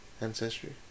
ancestry